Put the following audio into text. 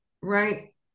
right